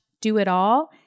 do-it-all